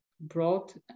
brought